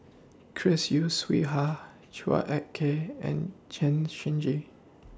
Chris Yeo Siew Hua Chua Ek Kay and Chen Shiji